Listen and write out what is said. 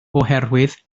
oherwydd